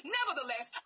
nevertheless